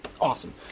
Awesome